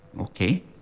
Okay